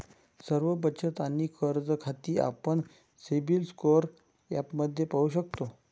सर्व बचत आणि कर्ज खाती आपण सिबिल स्कोअर ॲपमध्ये पाहू शकतो